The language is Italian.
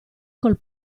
col